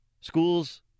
Schools